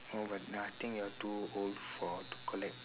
oh but I think you are too old for to collect